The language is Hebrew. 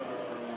6)